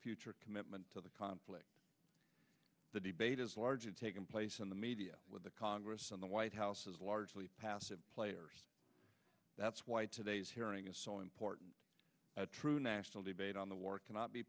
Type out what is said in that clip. future commitment to the conflict the debate is largely taking place in the media with the congress and the white house is largely passive player that's why today's hearing is so important a true national debate on the war cannot be